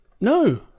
No